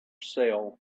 sale